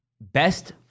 Best